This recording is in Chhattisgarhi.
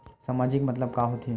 सामाजिक मतलब का होथे?